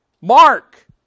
Mark